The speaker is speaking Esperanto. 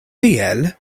tiel